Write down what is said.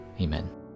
Amen